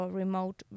remote